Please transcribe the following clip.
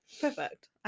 Perfect